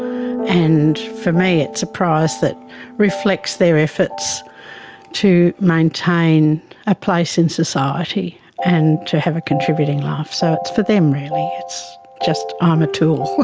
and for me it's a prize that reflects their efforts to maintain a place in society and to have a contributing life. so it's for them really, it's just, i'm um a tool.